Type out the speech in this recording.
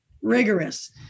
rigorous